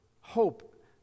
hope